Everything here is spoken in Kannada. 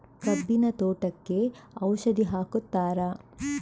ಕಬ್ಬಿನ ತೋಟಕ್ಕೆ ಔಷಧಿ ಹಾಕುತ್ತಾರಾ?